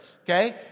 Okay